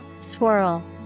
Swirl